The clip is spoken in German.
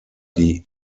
die